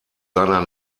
seiner